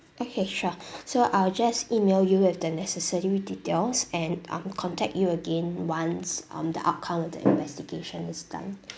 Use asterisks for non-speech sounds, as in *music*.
okay sure *breath* so I'll just email you with the necessary details and um contact you again once um the outcome of the investigation is done